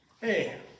hey